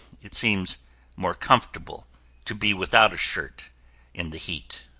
it seems more comfortable to be without a shirt in the heat.